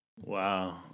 wow